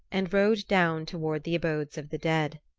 and rode down toward the abodes of the dead.